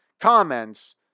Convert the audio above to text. comments